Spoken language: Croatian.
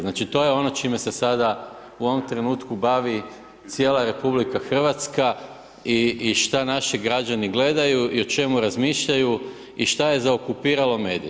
Znači to je ono čime se sada u ovom trenutku bavi cijela RH i što naši građani gledaju i o čemu razmišljaju i što je zaokupiralo medije.